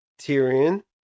Tyrion